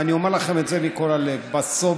ואני אומר לכם את זה מכל הלב: בסוף,